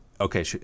okay